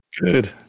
Good